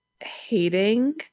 hating